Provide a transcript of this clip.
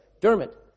Dermot